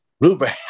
Blueberry